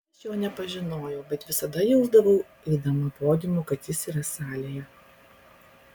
aš jo nepažinojau bet visada jausdavau eidama podiumu kad jis yra salėje